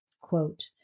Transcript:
Quote